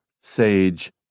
SAGE